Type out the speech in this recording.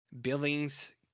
Billings